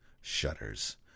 Shudders